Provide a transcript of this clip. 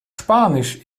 spanisch